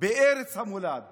בארץ המולד